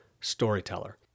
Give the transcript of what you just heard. storyteller